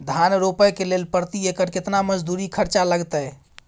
धान रोपय के लेल प्रति एकर केतना मजदूरी खर्चा लागतेय?